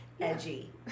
edgy